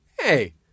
hey